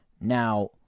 now